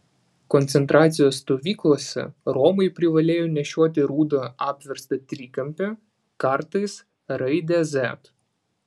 koncentracijos stovyklose romai privalėjo nešioti rudą apverstą trikampį kartais raidę z